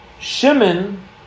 Shimon